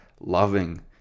loving